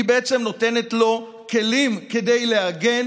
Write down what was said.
היא בעצם נותנת לו כלים כדי להגן